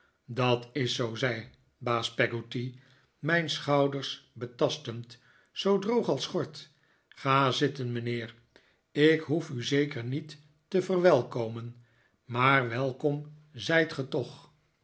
dat is zoo zei baas peggotty mijn schouders betastend zoo droog als gort ga zitten mijnheer ik hoef u zeker niet te verwelkomen maar welkom zijt ge toch